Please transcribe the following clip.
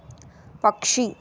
पक्षी